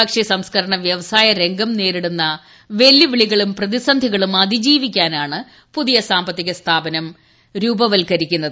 ഭക്ഷൃ സംസ്കരണ വ്യവസായ രംഗം നേരിടുന്ന വെല്ലുവിളികളും പ്രതിസന്ധികളും അതിജീവിക്കാനാണ് പുതിയ സാമ്പത്തിക സ്ഥാപനം രൂപീകരിക്കുന്നത്